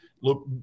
look